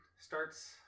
starts